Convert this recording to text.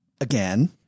again